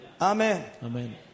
Amen